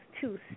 two